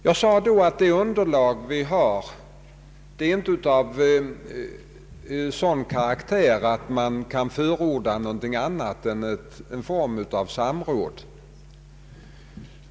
Jag sade då att det underlag vi har inte är av sådan karaktär att man kan förorda något annat än en form av samråd.